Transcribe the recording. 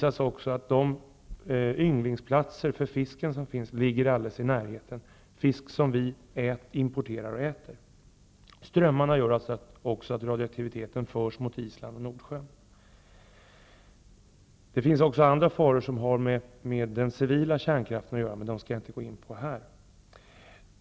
Alldeles i närheten av dessa platser ligger yngelplatser för fisk som vi importerar och äter. Strömmarna i området gör också att radioaktivitet förs mot Island och Nordsjön. Det finns också andra faror som har med den civila kärnkraften att göra. Dem skall jag inte gå in på här.